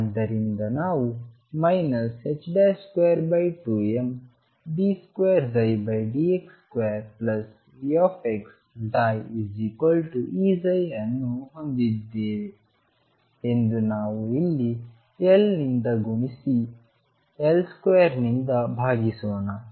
ಆದ್ದರಿಂದ ನಾವು 22md2dx2VxψEψ ಅನ್ನು ಹೊಂದಿದ್ದೇವೆ ಎಂದು ನಾವು ಇಲ್ಲಿ L ನಿಂದ ಗುಣಿಸಿ L2 ನಿಂದ ಭಾಗಿಸೋಣ